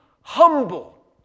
humble